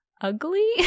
ugly